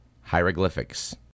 hieroglyphics